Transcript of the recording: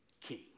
king